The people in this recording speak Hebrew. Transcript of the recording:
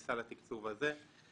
מסל התקצוב הזה.